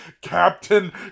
Captain